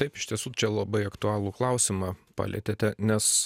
taip iš tiesų čia labai aktualų klausimą palietėte nes